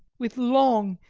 with long,